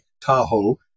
tahoe